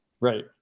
right